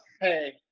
Hey